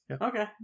Okay